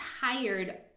tired